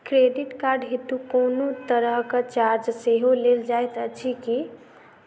Credit card हेतु कोनो तरहक चार्ज सेहो लेल जाइत अछि की?